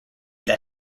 that